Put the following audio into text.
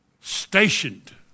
stationed